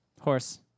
Horse